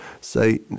say